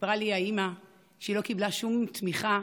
האימא סיפרה לי שהיא לא קיבלה שום תמיכה,